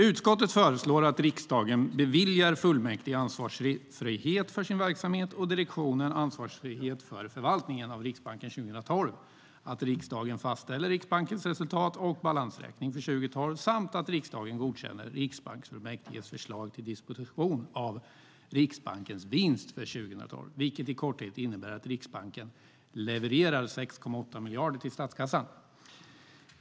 Utskottet föreslår att riksdagen beviljar fullmäktige ansvarsfrihet för sin verksamhet och direktionen ansvarsfrihet för förvaltningen av Riksbanken 2012, att riksdagen fastställer Riksbankens resultat och balansräkning för 2012, samt att riksdagen godkänner Riksbanksfullmäktiges förslag till disposition av Riksbankens vinst för 2012, vilket i korthet innebär att Riksbanken levererar 6,8 miljarder till statskassan.